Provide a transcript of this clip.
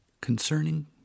concerning